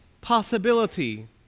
possibility